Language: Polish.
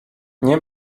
nie